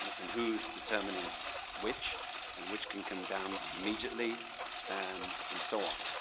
and who is determining which and which can come down immediately and and so on.